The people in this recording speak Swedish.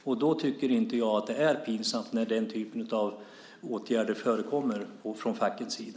Jag tycker inte att det är pinsamt eftersom den typen av åtgärder förekommer från fackets sida.